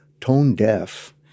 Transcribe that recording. tone-deaf